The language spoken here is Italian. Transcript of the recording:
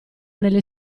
nelle